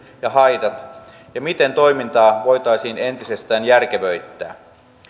ja haitat ja miten toimintaa voitaisiin entisestään järkevöittää